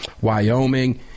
Wyoming